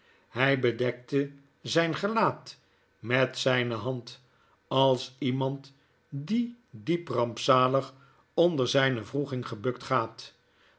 hy bedekte zyn gelaat met zyne hand als iemand die diep rampzalig onder zyne wroeging gebukt gaat